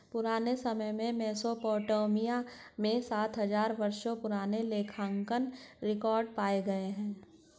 पुराने समय में मेसोपोटामिया में सात हजार वर्षों पुराने लेखांकन रिकॉर्ड पाए गए हैं